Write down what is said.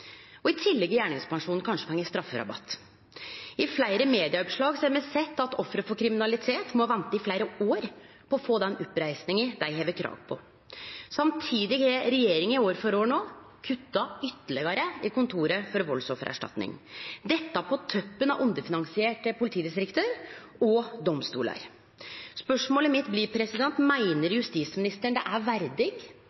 I tillegg har gjerningspersonen kanskje fått strafferabatt. I fleire medieoppslag har me sett at offer for kriminalitet må vente i fleire år på å få den oppreisninga dei har krav på. Samtidig har regjeringa år for år kutta ytterlegare til Kontoret for valdsoffererstatning – dette på toppen av underfinansierte politidistrikt og domstolar. Spørsmålet mitt er: Meiner